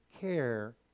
care